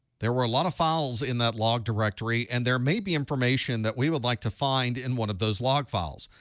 there were a lot of files in that log directory, and there may be information that we would like to find in one of those log files.